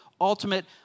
ultimate